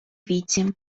віці